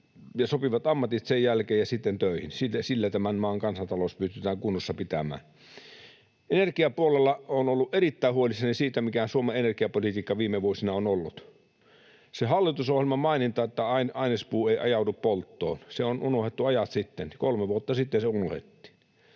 sopivat ammatit sen jälkeen ja sitten töihin. Sillä tämän maan kansantalous pystytään kunnossa pitämään. Energiapuolella olen ollut erittäin huolissani siitä, mikä Suomen energiapolitiikka viime vuosina on ollut. Se hallitusohjelman maininta, että ainespuu ei ajaudu polttoon, se on unohdettu ajat sitten. Kolme vuotta sitten se unohdettiin.